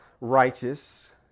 righteous